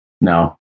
no